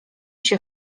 się